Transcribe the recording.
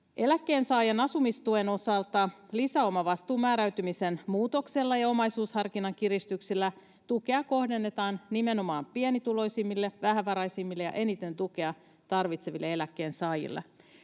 Eläkkeensaajan asumistuen osalta lisäomavastuun määräytymisen muutoksella ja omaisuusharkinnan kiristyksillä tukea kohdennetaan nimenomaan pienituloisimmille, vähävaraisimmille ja eniten tukea tarvitseville eläkkeensaajille.